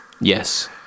Yes